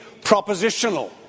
propositional